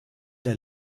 der